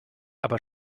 aber